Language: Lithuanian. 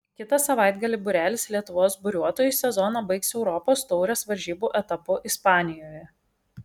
kitą savaitgalį būrelis lietuvos buriuotojų sezoną baigs europos taurės varžybų etapu ispanijoje